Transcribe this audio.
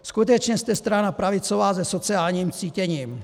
Skutečně jste strana pravicová se sociálním cítěním.